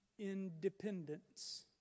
Independence